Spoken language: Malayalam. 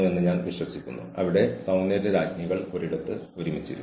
ഓഫീസിനോടുള്ള അവരുടെ ഉത്തരവാദിത്തങ്ങളെക്കുറിച്ച് അവരെ ഓർമ്മിപ്പിക്കുക